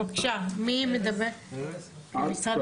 אז אין קונפליקט?